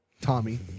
Tommy